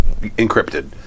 encrypted